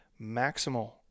maximal